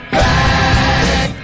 back